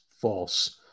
false